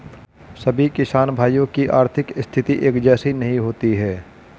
सभी किसान भाइयों की आर्थिक स्थिति एक जैसी नहीं होती है